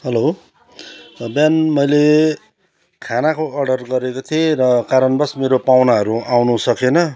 hello बिहान मैले खानाको अर्डर गरेको थिएँ र कारणबस मेरो पाहुनाहरू आउनु सकेन